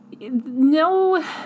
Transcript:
no